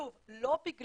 שוב, לא בגלל